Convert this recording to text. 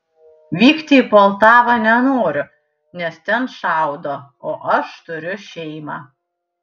vykti į poltavą nenoriu nes ten šaudo o aš turiu šeimą